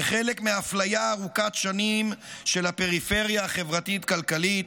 כחלק מאפליה ארוכת שנים של הפריפריה החברתית-כלכלית,